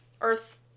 Earth